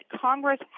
Congress